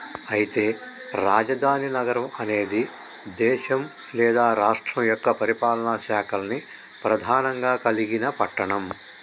అయితే రాజధాని నగరం అనేది దేశం లేదా రాష్ట్రం యొక్క పరిపాలనా శాఖల్ని ప్రధానంగా కలిగిన పట్టణం